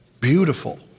beautiful